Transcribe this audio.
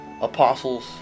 apostles